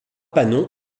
panon